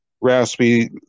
Raspy